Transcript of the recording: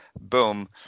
boom